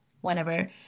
whenever